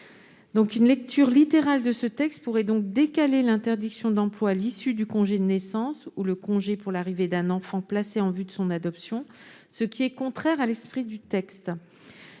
Une lecture littérale de ce texte pourrait donc décaler l'interdiction d'emploi à l'issue du congé de naissance ou du congé pour l'arrivée d'un enfant placé en vue de son adoption, ce qui est contraire à l'esprit du texte.